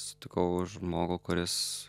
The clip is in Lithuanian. sutikau žmogų kuris